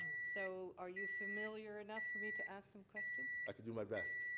so are you familiar enough for me to ask um questions? i can do my best.